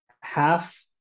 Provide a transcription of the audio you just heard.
half